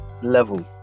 level